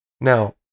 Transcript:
Now